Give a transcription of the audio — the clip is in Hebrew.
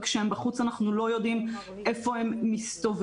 כשהם בחוץ אנחנו לא יודעים איפה הם מסתובבים.